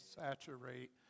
saturate